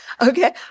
Okay